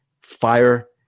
Fire